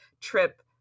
trip